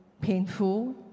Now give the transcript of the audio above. painful